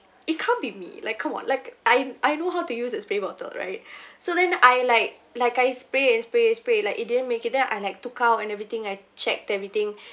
it can't be me like come on like I I know how to use a spray bottle right so then I like like I spray and spray spray like it didn't make it then I like took out and everything I checked everything